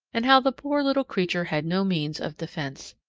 and how the poor little creature had no means of defense.